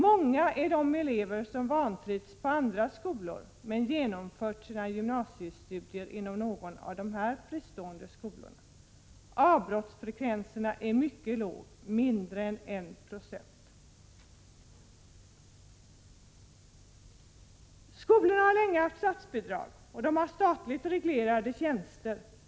Många är de elever som vantrivts i andra skolor men genomfört sina gymnasiestudier inom några av dessa fristående skolor. Avbrottsfrekvenserna är mycket låga, mindre än 1 96. Skolorna har statsbidrag och statligt reglerade tjänster.